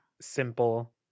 Simple